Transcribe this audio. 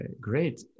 great